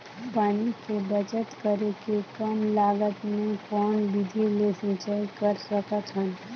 पानी के बचत करेके कम लागत मे कौन विधि ले सिंचाई कर सकत हन?